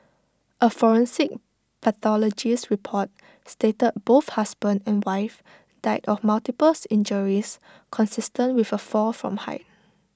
A forensic pathologist's report stated both husband and wife died of multiples injuries consistent with A fall from height